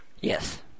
Yes